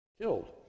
killed